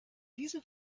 diese